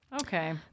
Okay